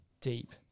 deep